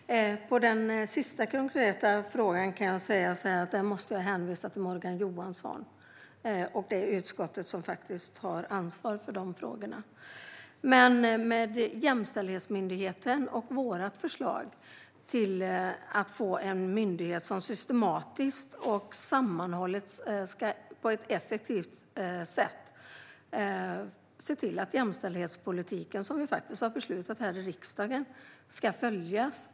Herr talman! På den sista konkreta frågan måste jag hänvisa till Morgan Johansson och det utskott som har ansvar för de frågorna. Vårt förslag är att inrätta en myndighet som systematiskt och sammanhållet, på ett effektivt sätt, ska se till att jämställdhetspolitiken som vi har beslutat i riksdagen följs.